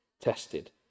tested